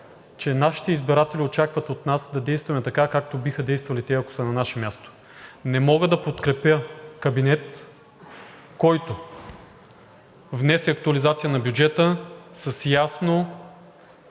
че нашите избиратели очакват от нас да действаме така, както биха действали, ако са на наше място. Не мога да подкрепя кабинет, който внесе актуализация на бюджета с ясно